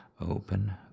open